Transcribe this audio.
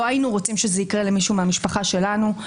לא היינו רוצים שזה יקרה למישהו מהמשפחה שלנו,